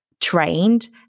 trained